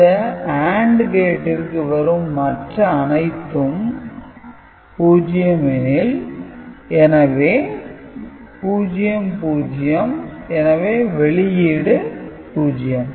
இந்த AND கேட்டிற்கு வரும் மற்ற அனைத்தும் 0 எனவே 00 எனவே வெளியீடு 0